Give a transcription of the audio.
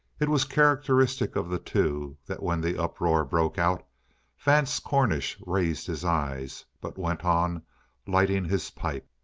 it was characteristic of the two that when the uproar broke out vance cornish raised his eyes, but went on lighting his pipe.